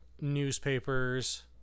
newspapers